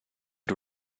the